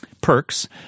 perks